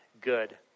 good